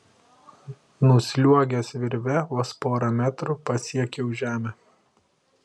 nusliuogęs virve vos porą metrų pasiekiau žemę